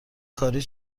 کاری